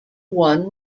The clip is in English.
one